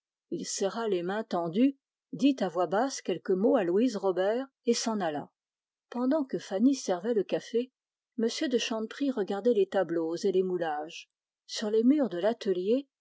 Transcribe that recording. rennemoulin serra les mains tendues dit à voix basse quelques mots à louise robert et s'en alla pendant que fanny servait le café m de chanteprie regardait les tableaux et les moulages sur les murs de l'atelier